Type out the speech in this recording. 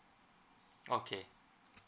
okay